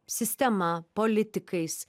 sistema politikais